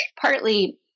partly